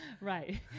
Right